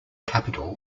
capital